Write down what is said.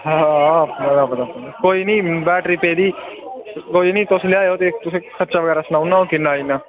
हां अपना गै कोई निं बैटरी पेदी कोई निं तुस लेई आएयो ते तुसें गी खर्चा बगैरा सनाई ओड़नां अ'ऊं किन्ना आई ना